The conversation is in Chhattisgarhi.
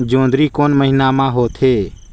जोंदरी कोन महीना म होथे?